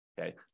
Okay